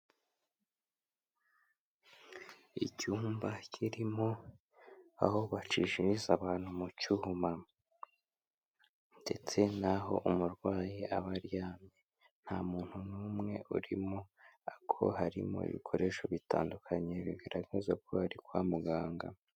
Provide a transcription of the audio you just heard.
Icyumba kirimo aho bacishiriza abantu mu cyuma, ndetse n'aho umurwayi aba aryamye. Nta muntu n'umwe urimo ariko harimo ibikoresho bitandukanye bigaragaza ko ari kwa muganga.